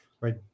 right